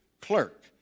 clerk